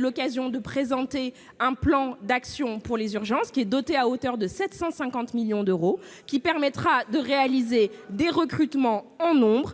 l'occasion de présenter un plan d'action pour les urgences, qui est doté à hauteur de 750 millions d'euros. Ce n'est pas assez ! Ce plan permettra de réaliser des recrutements en nombre.